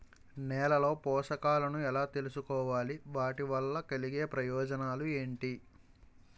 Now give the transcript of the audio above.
నేలలో పోషకాలను ఎలా తెలుసుకోవాలి? వాటి వల్ల కలిగే ప్రయోజనాలు ఏంటి?